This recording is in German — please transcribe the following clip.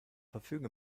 verfügen